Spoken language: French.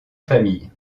famille